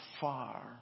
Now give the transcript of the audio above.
far